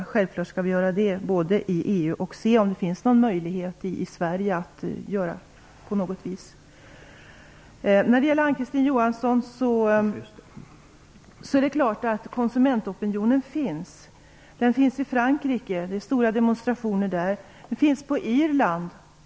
Det skall vi självfallet göra både i EU och i Sverige och se om det finns någon möjlighet att göra någonting. Så till Ann-Kristine Johanssons fråga. Det är klart att konsumentopinionen finns. Den finns i Frankrike. Det är stora demonstrationer där. Den finns också på Irland.